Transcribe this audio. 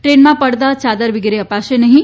ટ્રેનમાં પડદા યાદર વગેરે અપાશે નહિં